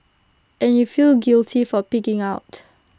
and you feel guilty for pigging out